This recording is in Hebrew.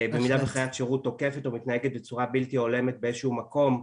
במידה וחיית שירות תוקפת או מתנהגת בצורה בלתי הולמת באיזשהו מקום,